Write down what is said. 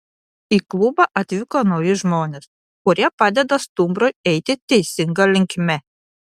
į klubą atvyko nauji žmonės kurie padeda stumbrui eiti teisinga linkme